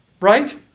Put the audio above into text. right